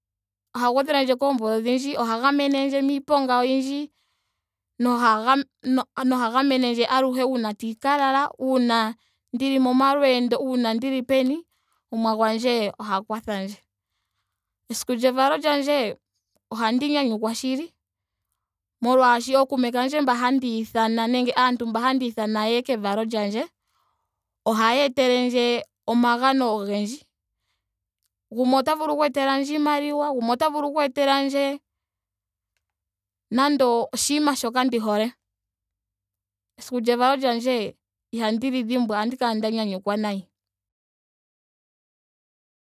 Oha gwedhele ndje ko oomvula ondhindji. oha gamenendje miiponga oyindji. noha ga- noha gamenendje aluhe uuna tandi ka lala. uuna ndili momalweendo. uuna ndili peni. Omuwa gwandje oha kwathandje. Esiku lyevalo lyandje ohandi nyanyukwa shili molwaashoka ookume kandje mboka handi ithana nenge aantu mba handi ithana yeye keevalo lyandje ohaya etelendje omagano ogendji. gumwe ota vulu oku etelandje iimaliwa. gumwe ota vulu oku etelandje naando oshinima shoka ndi hole. Esiku lyevalo lyandje ihandi li dhimbwa. ohandi kala nda nyanyukwa nayi.